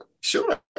sure